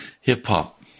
Hip-hop